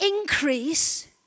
increase